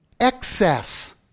Excess